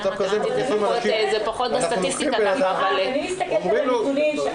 אני מסתכלת על הנתונים.